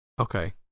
Okay